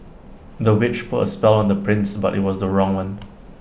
the witch put A spell on the prince but IT was the wrong one